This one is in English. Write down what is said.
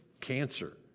cancer